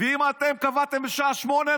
אם אתם קבעתם בשעה 08:00,